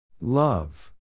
Love